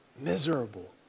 miserable